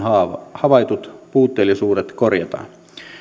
havaitut puutteellisuudet korjataan